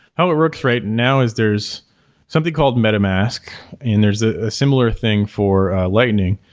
how it works right now is there's something called meta mask and there's a similar thing for lightning.